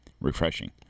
Refreshing